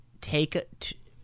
take